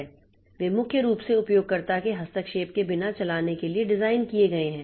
वे मुख्य रूप से उपयोगकर्ता के हस्तक्षेप के बिना चलाने के लिए डिज़ाइन किए गए हैं